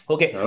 Okay